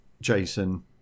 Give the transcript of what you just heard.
Jason